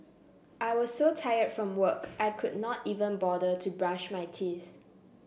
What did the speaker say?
I was so tired from work I could not even bother to brush my teeth